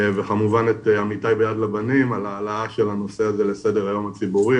וכמובן את עמיתיי ביד לבנים על ההעלאה של הנושא הזה לסדר היום הציבורי.